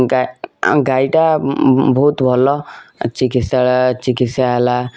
ଗାଈଟା ବହୁତ ଭଲ ଚିକିତ୍ସାଳୟ ଚିକିତ୍ସା ହେଲା